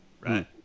right